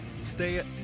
Stay